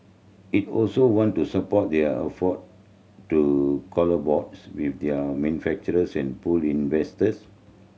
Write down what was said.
it also want to support their effort to with the manufacturers and pull in investors